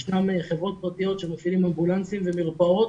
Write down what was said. יש חברות פרטיות שמפעילות אמבולנסים ומרפאות,